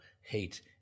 hate